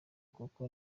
kuko